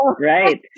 Right